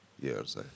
years